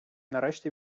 нарешті